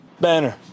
Banner